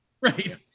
Right